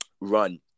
run